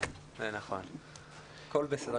הכול בסדר.